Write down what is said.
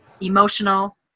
emotional